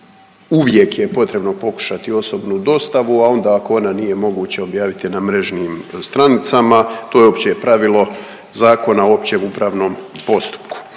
uvijek je potrebno pokušati osobnu dostavu, a onda ako ona nije moguće objaviti je na mrežnim stranicama. To je opće pravilo Zakona o općem upravnom postupku.